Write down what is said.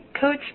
coach